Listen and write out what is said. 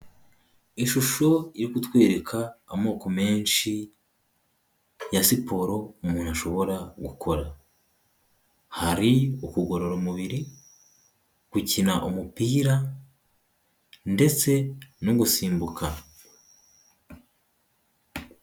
Ishusho iri kutwereka amoko menshi ya siporo umuntu ashobora gukora, hari ukugorora umubiri, gukina umupira ndetse no gusimbuka.